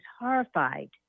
horrified